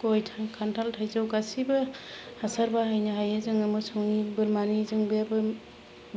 गय खान्थाल थाइजौ गासैबो हासार बाहायनो हायो जोङो मोसौनि बोरमानि जों बेबो